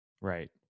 Right